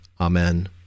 Amen